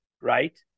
right